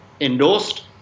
endorsed